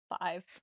Five